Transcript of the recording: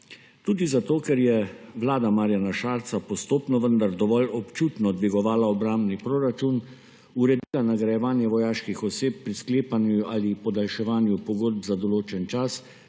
tudi zato ker je vlada Marjana Šarca postopno, vendar dovolj občutno dvigovala obrambni proračun, uredila nagrajevanje vojaških oseb pri sklepanju ali podaljševanju pogodb za določen čas,